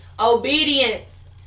Obedience